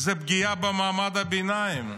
זה הפגיעה במעמד הביניים.